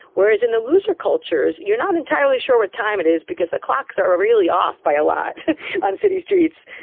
whereas in the looser cultures you're not entirely sure what time it is because the clocks are are really off by a lot on city streets.